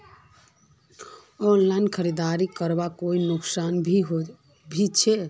Online खरीदारी करले कोई नुकसान भी छे?